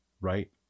Right